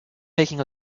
making